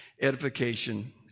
edification